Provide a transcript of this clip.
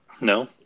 No